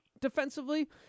defensively